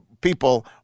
people